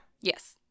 Yes